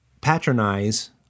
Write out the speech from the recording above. patronize